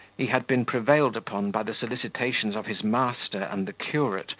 he had been prevailed upon, by the solicitations of his master and the curate,